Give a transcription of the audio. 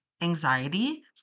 anxiety